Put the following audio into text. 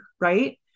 right